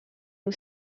nhw